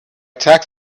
tax